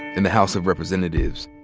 in the house of representatives,